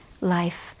life